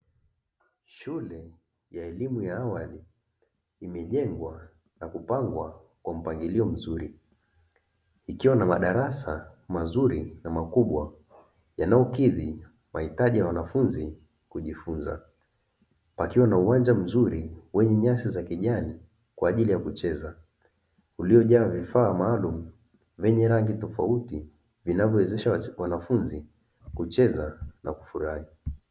Shule ya elimu ya awali imejengwa na kupangwa kwa mpangilio mzuri, ikiwa na madarasa mazuri na makubwa yanayokidhi mahitaji ya wanafunzi kujifunza, pakiwa na uwanja mzuri wenye nyasi za kijani kwa ajili ya kucheza, uliojaa vifaa maalumu vyenye rangi tofauti vinavyowezesha wanafunzi kucheza na kufurahi.